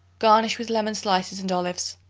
garnish with lemon-slices and olives.